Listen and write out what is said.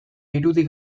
irudi